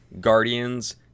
Guardians